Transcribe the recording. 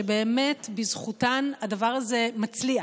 שבאמת בזכותן הדבר הזה מצליח,